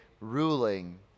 ruling